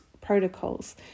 protocols